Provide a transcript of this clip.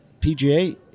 PGA